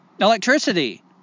electricity